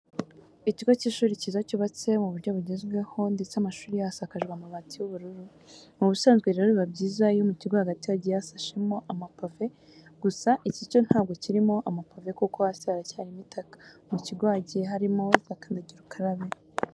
Ikigo cy'ishuri cyiza cyane cyubatse mu buryo bugezweho ndetse amashuri yaho asakajwe amabati y'ubururu. Mu busanzwe rero biba byiza iyo mu kigo hagati hagiye hasashemo amapave, gusa iki cyo ntabwo kirimo amapave kuko hasi haracyarimo itaka. Mu kigo hagiye harimo za kandagira ukarabe.